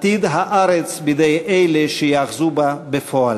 עתיד הארץ בידי אלה שייאחזו בה בפועל".